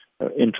interest